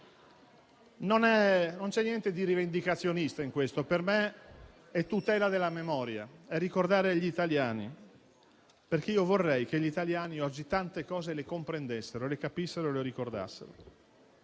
Non c'è niente di rivendicazionista in questo, per me è tutela della memoria, è ricordare gli italiani. Vorrei infatti che gli italiani oggi tante cose le comprendessero, le capissero e le ricordassero.